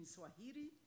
Swahili